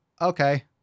Okay